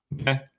Okay